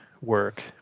work